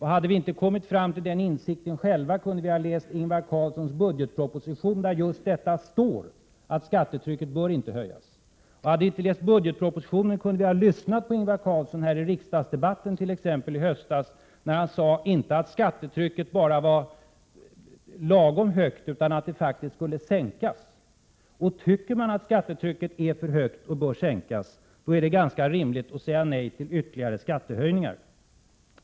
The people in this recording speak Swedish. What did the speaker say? Hade vi inte kommit fram till den insikten själva, kunde vi ha läst Ingvar Carlssons budgetproposition där det framgår att Prot. 1987/88:96 skattetrycket inte bör höjas. Hade vi inte läst budgetpropositionen, kunde vi — 8 april 1988 ha lyssnat på Ingvar Carlsson i debatten i riksdagen i höstas, då han sade att skattetrycket inte bara var lagom högt, utan att det faktiskt skulle sänkas. Tycker man att skattetrycket är för högt och bör sänkas är det ganska rimligt att säga nej till ytterligare skattehöjningar.